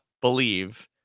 believe